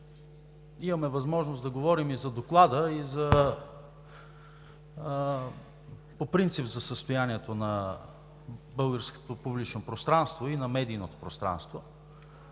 имаме възможност да говорим и за Доклада, и по принцип за състоянието на българското публично пространство и на медийното пространство.